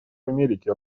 америки